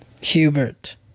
Hubert